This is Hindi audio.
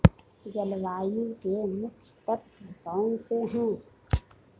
जलवायु के मुख्य तत्व कौनसे हैं?